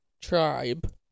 Tribe